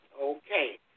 Okay